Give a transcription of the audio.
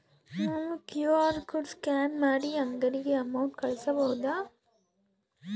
ನಾನು QR code scan ಮಾಡಿ ಅಂಗಡಿಗೆ ಅಮೌಂಟ್ ಕಳಿಸಬಹುದಾ?